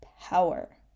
power